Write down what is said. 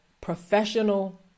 professional